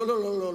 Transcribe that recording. לא, לא.